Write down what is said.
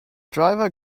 driver